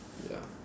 ya